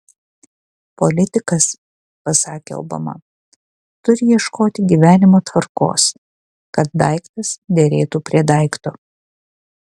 politikas pasakė obama turi ieškoti gyvenimo tvarkos kad daiktas derėtų prie daikto